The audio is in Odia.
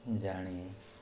ଜାଣି